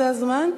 זה הזמן.